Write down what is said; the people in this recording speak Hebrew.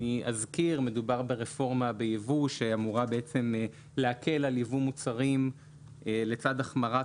אני אזכיר שמדובר ברפורמה בייבוא שאמורה להקל על יבוא מוצרים לצד החמרת